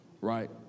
right